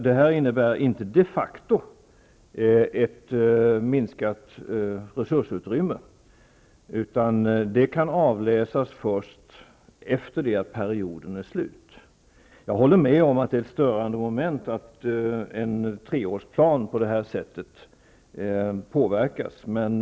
Det innebär inte de facto ett minskat resursutrymme, utan det kan avläsas först efter det att perioden är slut. Jag håller med om att det är ett störande moment att en treårsplan påverkas på det här sättet.